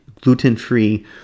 gluten-free